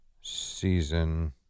season